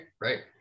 right